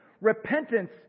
Repentance